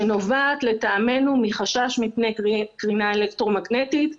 שנובעת לטעמנו מחשש מפני קרינה אלקטרומגנטית.